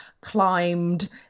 climbed